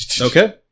Okay